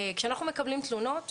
כשאנחנו מקבלים תלונות,